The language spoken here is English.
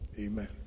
Amen